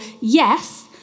yes